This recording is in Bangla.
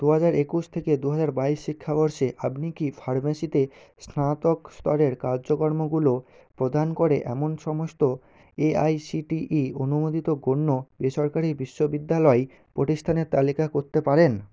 দু হাজার একুশ থেকে দু হাজার বাইশ শিক্ষাবর্ষে আপনি কি ফার্মেসিতে স্নাতক স্তরের কার্যক্রমগুলো প্রদান করে এমন সমস্ত A I C T E অনুমোদিত গণ্য বেসরকারি বিশ্ববিদ্যালয় প্রতিষ্ঠানের তালিকা করতে পারেন